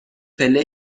پله